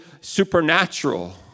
supernatural